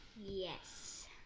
Yes